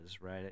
right